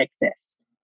exist